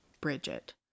Bridget